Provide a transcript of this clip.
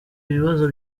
ibibazo